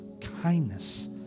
kindness